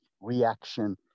reaction